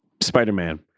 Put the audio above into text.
Spider-Man